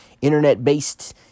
internet-based